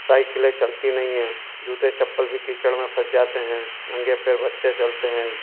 साइकिलें चलती नहीं हैं जूते चप्पल भी कीचड़ में फंस जाते हैं नंगे पैर बच्चे चलते हैं